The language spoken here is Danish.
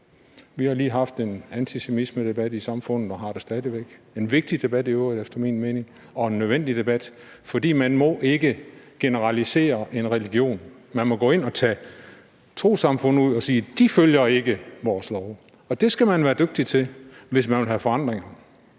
Vi har lige haft en debat om antisemitisme i samfundet og har det stadig væk; en vigtig debat i øvrigt efter min mening, og en nødvendig debat, for man må ikke generalisere en religion. Man må gå ind og tage trossamfund ud og sige, at de ikke følger vores lov, og det skal man være dygtig til, hvis man vil have forandringer.